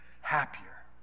happier